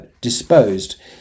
disposed